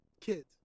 Kids